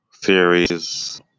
theories